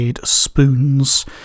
Spoons